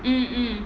mm mm